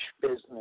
business